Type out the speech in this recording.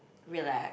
relax